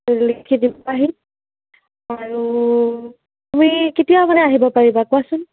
লিখি দিবাহি আৰু তুমি কেতিয়ামানে আহিব পাৰিবা কোৱাচোন